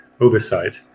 oversight